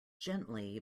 gently